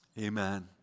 amen